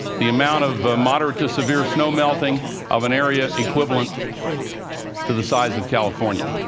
the amount of a moderate-to-severe snow melting of an area equivalent to the size of california.